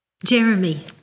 Jeremy